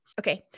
Okay